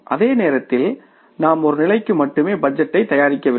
அதே நேரத்தில் நாம் ஒரு நிலைக்கு மட்டுமே பட்ஜெட்டை தயாரிக்கவில்லை